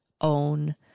own